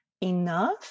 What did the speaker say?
enough